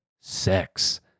sex